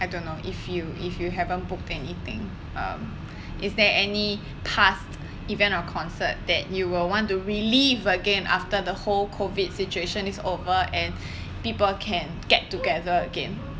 I don't know if you if you haven't booked anything um is there any past event or concert that you will want to relive again after the whole COVID situation is over and people can get together again